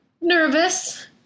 Nervous